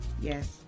Yes